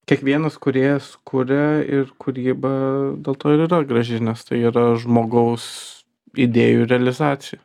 kiekvienas kūrėjas kuria ir kūryba dėl to ir yra graži nes tai yra žmogaus idėjų realizacija